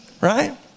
right